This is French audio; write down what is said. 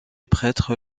prêtre